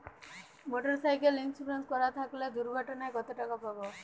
Motorcycle insurance করা থাকলে দুঃঘটনায় কতটাকা পাব?